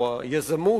או היזמות,